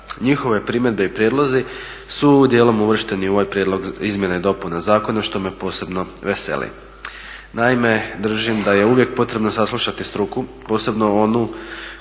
Njihove primjedbe i prijedlozi su dijelom uvršteni u ovaj Prijedlog izmjena i dopuna zakona što me posebno veseli. Naime, držim da je uvijek potrebno saslušati struku posebno onu koja